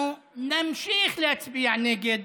אנחנו נמשיך להצביע נגד